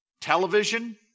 television